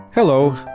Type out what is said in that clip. Hello